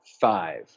five